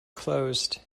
closed